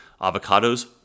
Avocados